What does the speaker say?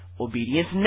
obedience